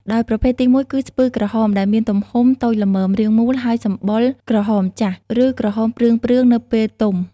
ដោយប្រភេទទីមួយគឺ ស្ពឺក្រហម ដែលមានទំហំតូចល្មម រាងមូល ហើយសម្បុរក្រហមចាស់ ឬក្រហមព្រឿងៗនៅពេលទុំ។